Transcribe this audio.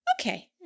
okay